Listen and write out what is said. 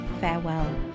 farewell